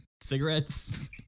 cigarettes